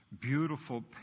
beautiful